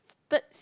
third